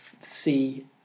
see